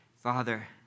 Father